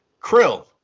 Krill